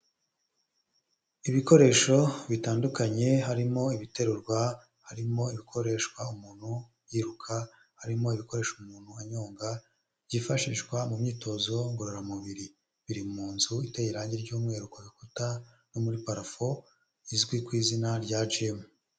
Ibikoresho bitandukanye harimo ibiterurwa harimo ikoreshwa umuntu yiruka, harimo ibikoresho umuntu anyonga, byifashishwa mu myitozo ngororamubiri biri mu nzu iteye irangi ry'umweru ku bikuta no muri parafo izwi ku izina rya jimu.